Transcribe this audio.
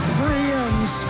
friends